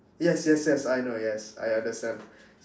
yes yes yes I know yes I understand